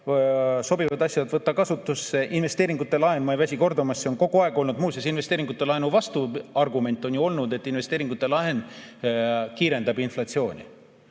sobivad asjad võta kasutusse. Investeeringute laen – ma ei väsi kordamast, et kogu aeg on investeeringute laenu vastuargument olnud, et see laen kiirendab inflatsiooni.